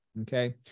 okay